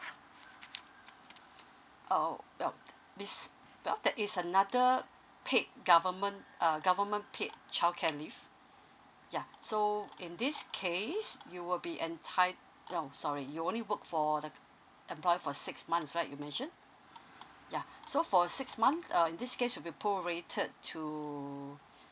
oh well besides well that is another paid government uh government paid childcare leave ya so in this case you will be entitled no sorry you only work for the employer for six months right you mentioned ya so for six month err in this case will be prorated to